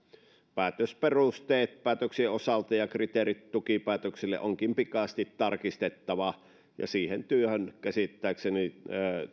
päätösperusteet päätöksien osalta ja kriteerit tukipäätöksille onkin pikaisesti tarkistettava ja siihen työhön käsittääkseni